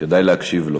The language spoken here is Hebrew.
כדאי להקשיב לו.